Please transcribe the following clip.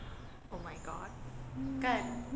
oh my god